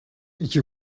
iki